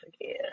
again